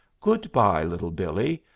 good-by, little billee,